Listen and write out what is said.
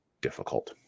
difficult